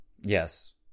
Yes